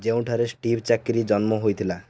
ଯେଉଁଠାରେ ଷ୍ଟିଭ୍ ଚାକିରି ଜନ୍ମ ହୋଇଥିଲା